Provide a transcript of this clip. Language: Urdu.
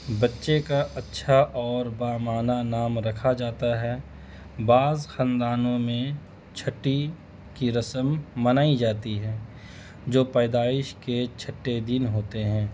بچے کا اچھا اور بمانہ نام رکھا جاتا ہے بعض خاندانوں میں چھٹی کی رسم منائی جاتی ہے جو پیدائش کے چھٹے دن ہوتے ہیں